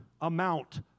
amount